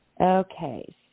Okay